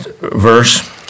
verse